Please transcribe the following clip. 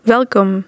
Welkom